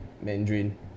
mandarin